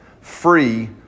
free